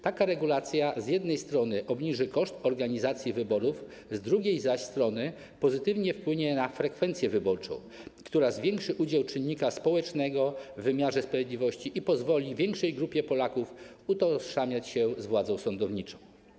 Taka regulacja z jednej strony obniży koszt organizacji wyborów, zaś z drugiej strony pozytywnie wpłynie na frekwencję wyborczą, która zwiększy udział czynnika społecznego w wymiarze sprawiedliwości i pozwoli większej grupie Polaków utożsamiać się z władzą sądowniczą.